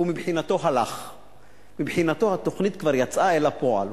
מבחינתו התוכנית כבר יצאה לפועל.